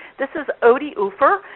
this is udi ofer,